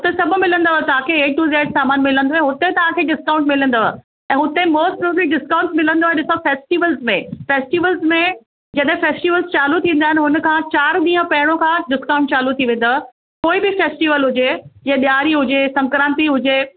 हिते सभु मिलंदव तव्हांखे ए टू जेड सामानु मिलंदो हुते तव्हांखे डिस्काउंट मिलंदुव ऐं हुते मोस्ट प्रोबेब्ली बि डिस्काउंट मिलंदो आहे ॾिसो फैस्टिवल्स में फैस्टिवल्स में जॾहिं फैस्टिवल्स चालू थींदा आहिनि हुन खां चार ॾींहुं पहिरियों खां डिस्काउंट चालू थी वेंदो आहे कोई बि फैस्टिवल हुजे जीअं ॾियारी हुजे संक्राति हुजे